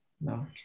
no